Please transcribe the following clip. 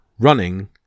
Running